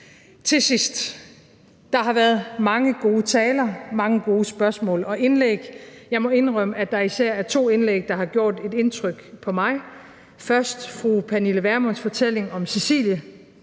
jeg sige: Der har været mange gode taler, mange gode spørgsmål og indlæg. Jeg må indrømme, at der især er to indlæg, der har gjort et indtryk på mig. Først fru Pernille Vermunds fortælling om Cecilie